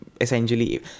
essentially